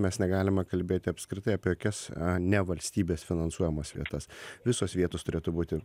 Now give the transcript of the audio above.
mes negalime kalbėti apskritai apie jokias ne valstybės finansuojamas vietas visos vietos turėtų būti